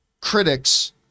critics